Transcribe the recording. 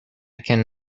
can